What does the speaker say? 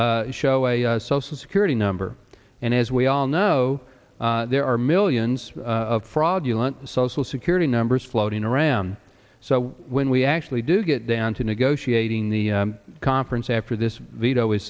show a social security number and as we all know there are millions of fraudulent social security numbers floating around so when we actually do get down to negotiating the conference after this lito is